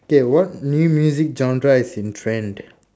okay what new music genre is in trend